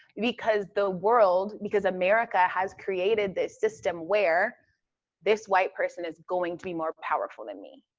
because the world, because america has created this system where this white person is going to be more powerful than me.